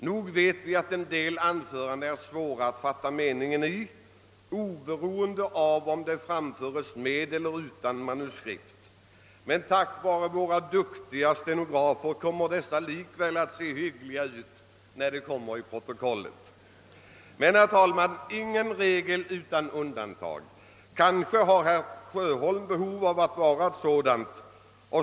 Nog vet vi att en del anföranden är svåra att fatta meningen i, oberoende av om de framföres med eller utan manuskript, men tack vare våra duktiga stenografer kommer dessa likväl att se hyggliga ut när de kommer in i protokollet. Men, herr talman, ingen regel utan undantag. Kanske herr Sjöholm har behov av att vara ett sådant.